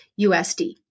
USD